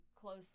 close